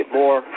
more